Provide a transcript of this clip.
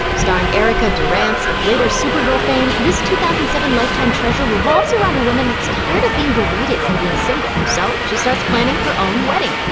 starring erica durance, of later supergirl fame, this two thousand and seven lifetime treasure revolves around a woman that's tired of being berated for being single. so, she starts planning her own wedding.